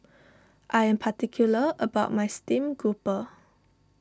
I am particular about my Steamed Grouper